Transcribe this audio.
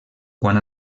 quan